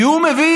כי הוא מבין.